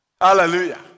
Hallelujah